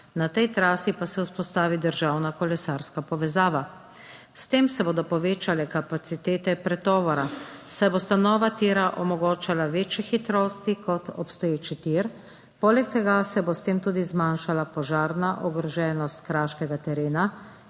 na tej trasi pa se vzpostavi državna kolesarska povezava. S tem se bodo povečale kapacitete pretovora, saj bosta nova tira omogočala večje hitrosti kot obstoječi tir. Poleg tega se bo s tem tudi zmanjšala požarna ogroženost kraškega terena,